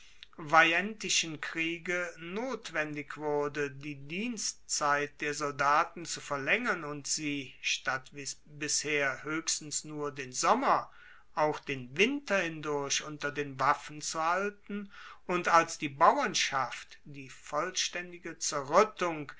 veientischen kriege notwendig wurde die dienstzeit der soldaten zu verlaengern und sie statt wie bisher hoechstens nur den sommer auch den winter hindurch unter den waffen zu halten und als die bauernschaft die vollstaendige